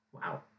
Wow